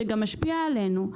שמשפיע גם עלינו.